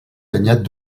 danyat